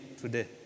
today